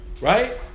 Right